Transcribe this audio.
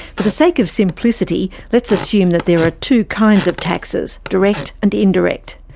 for the sake of simplicity, let's assume that there are two kinds of taxes, direct and indirect.